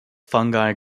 fungi